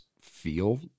feel